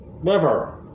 Liver